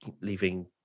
leaving